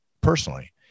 personally